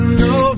no